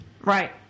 Right